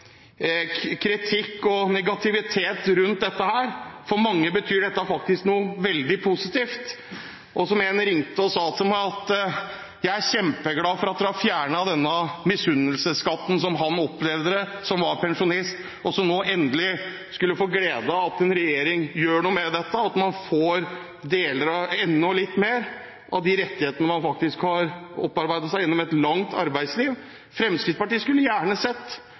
Andersens kritikk og negativitet rundt dette. For mange betyr dette noe veldig positivt. En ringte og sa til meg: Jeg er kjempeglad for at dere har fjernet denne misunnelsesskatten, noe han opplevde det som. Han var pensjonist og skulle endelig få glede av at en regjering gjør noe med dette, og at man får enda litt mer av de rettighetene man faktisk har opparbeidet seg gjennom et langt arbeidsliv. Fremskrittspartiet skulle gjerne sett